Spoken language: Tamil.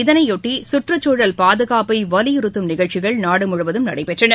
இதனையொட்டி கற்றச்சூழல் பாதுகாப்பை வலியுறுத்தும் நிகழ்ச்சிகள் நாடு முழுவதும் நடடபெற்றன